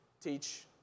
teach